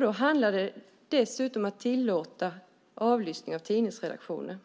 Det handlade dessutom om att tillåta avlyssning av tidningsredaktioner.